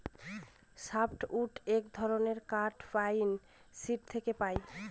soft wood এক ধরনের কাঠ পাইন, সিডর থেকে পাই